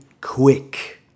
quick